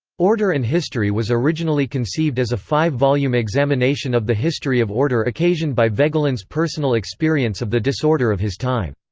order and history was originally conceived as a five-volume examination of the history of order occasioned by voegelin's personal experience of the disorder of his time.